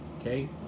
Okay